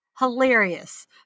hilarious